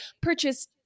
Purchase